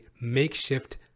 makeshift